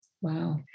Wow